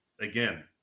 again